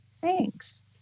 Thanks